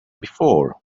before